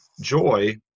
Joy